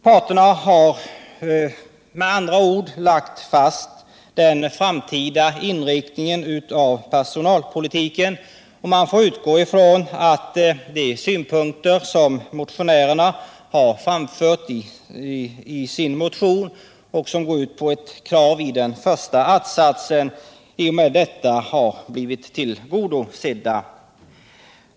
Parterna har med andra ord lagt fast den framtida inriktningen av personalpolitiken. Man får utgå ifrån att de synpunkter som motionärerna framfört i motionen och kravet i första att-satsen i och med detta har blivit tillgodosedda.